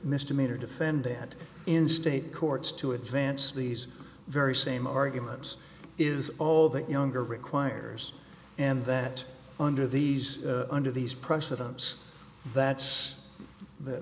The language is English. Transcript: misdemeanor defendant in state courts to advance these very same arguments is all that younger requires and that under these under these precedents that's the